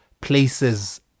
places